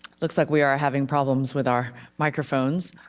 looks like we are having problems with our microphones.